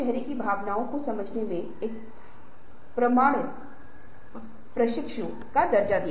योजना से कम करने से पहले योजना करना है